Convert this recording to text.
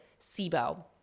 SIBO